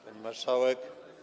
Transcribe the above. Pani Marszałek!